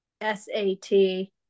S-A-T